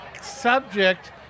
subject